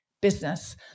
business